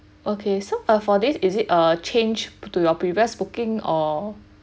okay so uh for this is it uh change to your previous booking or